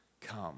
come